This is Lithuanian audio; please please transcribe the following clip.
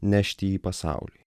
nešti į pasaulį